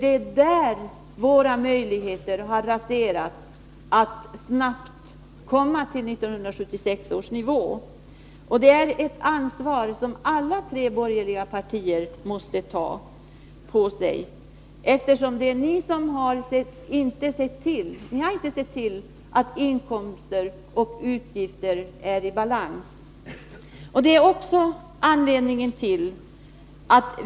Det är där våra möjligheter har raserats när det gäller att snabbt komma upp till 1976 års nivå. Här måste alla borgerliga partier ta på sig ansvaret, eftersom de inte har sett till att inkomster och utgifter är i balans.